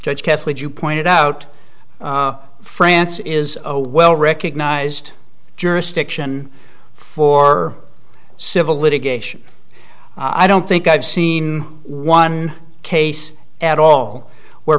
judge kathleen you pointed out france is a well recognized jurisdiction for civil litigation i don't think i've seen one case at all